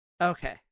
okay